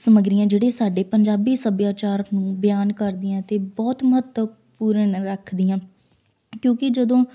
ਸਮੱਗਰੀਆਂ ਜਿਹੜੀਆਂ ਸਾਡੇ ਪੰਜਾਬੀ ਸੱਭਿਆਚਾਰ ਨੂੰ ਬਿਆਨ ਕਰਦੀਆਂ ਅਤੇ ਬਹੁਤ ਮਹੱਤਵਪੂਰਨ ਰੱਖਦੀਆਂ ਕਿਉਂਕਿ ਜਦੋਂ